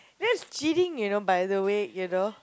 that is cheating you know by the way you know